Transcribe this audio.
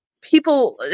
people